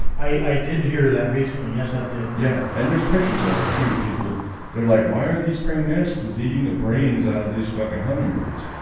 i did hear that recently yes. i did yeah, and there's pictures of it to people they're like why are these praying mantis is eating the brains out of these fucking hummingbirds?